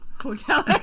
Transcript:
hotel